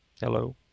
Hello